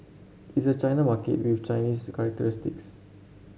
it's a China market with Chinese characteristics